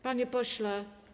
Panie pośle.